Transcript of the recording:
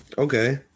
Okay